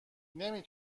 نمی